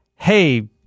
Hey